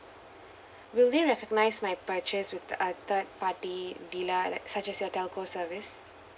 will they recognise my purchase with uh third party dealer like such as your telco service